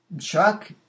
Chuck